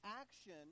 action